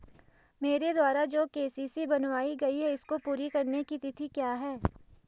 मेरे द्वारा जो के.सी.सी बनवायी गयी है इसको पूरी करने की तिथि क्या है?